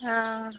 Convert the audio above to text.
हां